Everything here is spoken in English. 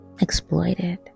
exploited